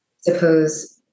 suppose